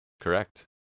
Correct